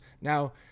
Now